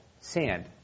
sand